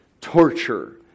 torture